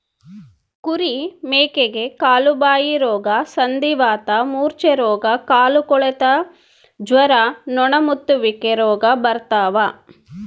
ಕುರಿ ಮೇಕೆಗೆ ಕಾಲುಬಾಯಿರೋಗ ಸಂಧಿವಾತ ಮೂರ್ಛೆರೋಗ ಕಾಲುಕೊಳೆತ ಜ್ವರ ನೊಣಮುತ್ತುವಿಕೆ ರೋಗ ಬರ್ತಾವ